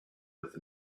with